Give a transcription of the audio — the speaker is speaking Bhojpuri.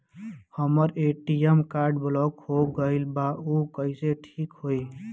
हमर ए.टी.एम कार्ड ब्लॉक हो गईल बा ऊ कईसे ठिक होई?